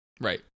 right